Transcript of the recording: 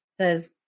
says